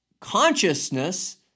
consciousness